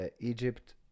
Egypt